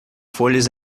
folhas